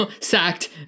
sacked